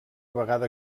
vegada